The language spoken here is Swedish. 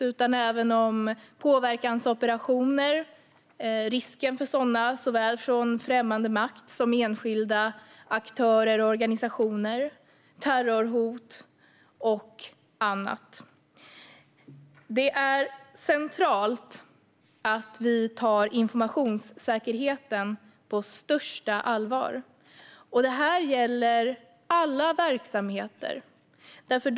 Det handlar även om risken för påverkansoperationer från såväl främmande makt som enskilda aktörer och organisationer samt om terrorhot och annat. Det är centralt att vi tar informationssäkerheten på största allvar. Detta gäller alla verksamheter.